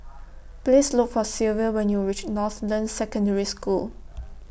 Please Look For Silvia when YOU REACH Northland Secondary School